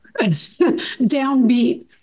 downbeat